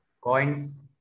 Coins